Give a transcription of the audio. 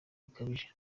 bukabije